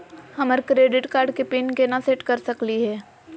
हमर credit card के pin केना सेट कर सकली हे?